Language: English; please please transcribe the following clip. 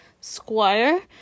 Squire